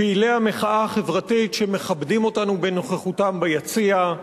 פעילי המחאה החברתית שמכבדים אותנו בנוכחותם ביציע,